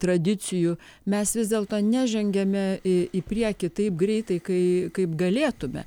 tradicijų mes vis dėlto nežengiame į į priekį taip greitai kai kaip galėtume